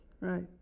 right